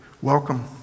Welcome